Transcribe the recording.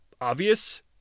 obvious